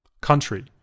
Country